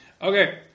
Okay